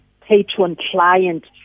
patron-client